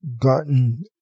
gotten